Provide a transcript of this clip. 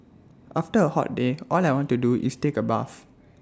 after A hot day all I want to do is take A bath